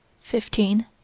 fifteen